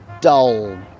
dull